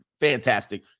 Fantastic